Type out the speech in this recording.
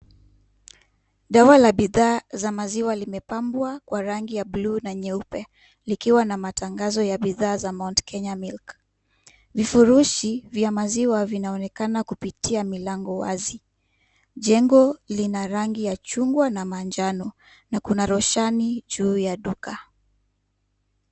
Dawa la bidhaa za maziwa limepambwa kwa rangi ya buluu na nyeupe, likiwa na matangazo ya bidhaa za Mount Kenya Milk. Vifurushi vya maziwa vinaonekana kupitia milango wazi. Jengo lina rangi ya chungwa na manjano na kuna roshani juu ya duka.